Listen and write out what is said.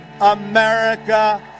America